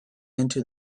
into